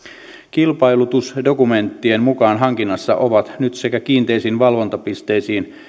kilpailutusdokumenttien mukaan hankinnassa ovat nyt sekä kiinteisiin valvontapisteisiin